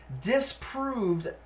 disproved